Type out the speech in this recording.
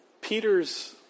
Peter's